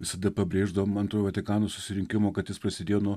visada pabrėždavom antrojo vatikano susirinkimo kad jis prasidėjo nuo